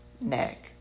neck